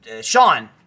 Sean